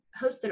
hosted